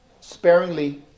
sparingly